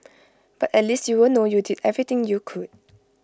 but at least you'll know you did everything you could